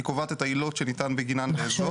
היא קובעת את העילות שניתן בגינן לאזוק.